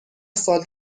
سال